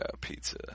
pizza